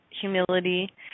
humility